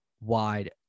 wide